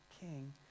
king